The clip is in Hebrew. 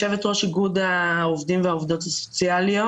אני יושבת ראש איגוד העובדים והעובדות הסוציאליות